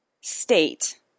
state